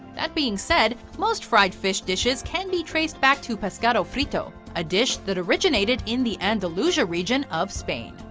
that being said, most fried fish dishes can be traced back to pescado frito, a dish that originated in the andalusia region of spain.